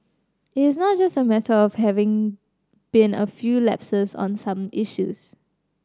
it is not just a matter of having been a few lapses on some issues